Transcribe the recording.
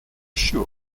sure